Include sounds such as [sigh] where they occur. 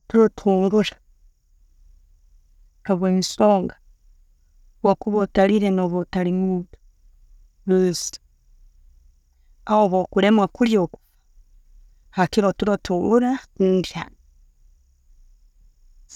Oturo tumbura habwensonga, bwo kuba otalire, noba otali muntu [noise] aho bwokulemwa kulya, hakiri oturo tumbura, ndya.